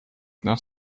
nach